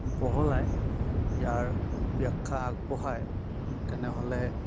বহলাই ইয়াৰ ব্যাখ্য়া আগবঢ়ায় তেনেহ'লে